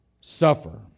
suffer